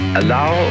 allow